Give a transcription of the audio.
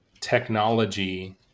technology